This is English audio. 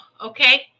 okay